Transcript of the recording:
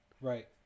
Right